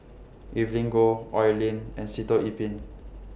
Evelyn Goh Oi Lin and Sitoh Yih Pin